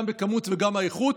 גם בכמות וגם באיכות,